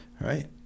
right